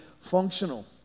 functional